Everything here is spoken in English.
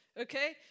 Okay